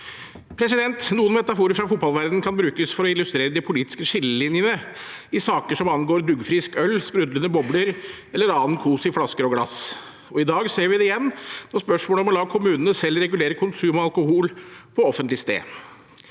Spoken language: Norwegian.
kraft. Noen metaforer fra fotballverdenen kan brukes for å illustrere de politiske skillelinjene i saker som angår duggfrisk øl, sprudlende bobler eller annen kos i flasker og glass. I dag ser vi det igjen ved spørsmålet om å la kommunene selv regulere konsum av alkohol på offentlig sted.